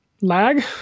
lag